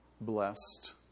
blessed